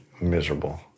miserable